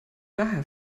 daher